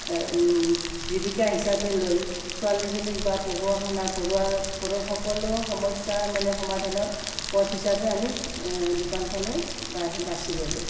জীৱিকা হিচাপে লৈ ছোৱালীজনীক বা পঢ়োৱা শুনোৱা ঘৰুৱা ঘৰৰ সকলো সমস্যা মানে সমাধানৰ পথ হিচাপে আমি দোকানখনেই বাছি ললোঁ